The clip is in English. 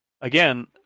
again